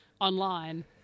online